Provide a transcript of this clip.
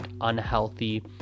unhealthy